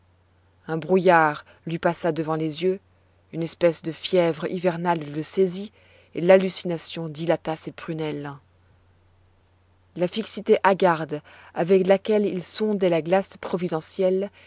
un brouillard lui passa devant les yeux une espèce de fièvre hivernale le saisit et l'hallucination dilata ses prunelles la fixité hagarde avec laquelle il sondait la glace providentielle